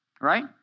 Right